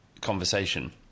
conversation